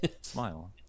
smile